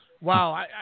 wow